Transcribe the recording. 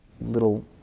little